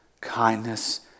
kindness